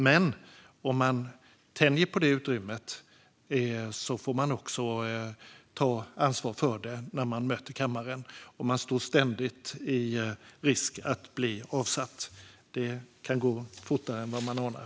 Men om man tänjer på detta utrymme får man också ta ansvar för det när man möter kammaren. Och man löper ständigt risk att bli avsatt. Det kan gå fortare än man anar.